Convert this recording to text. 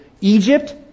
Egypt